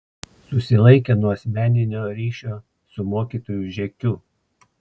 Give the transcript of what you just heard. susilaikė nuo asmeninio ryšio su mokytoju žekiu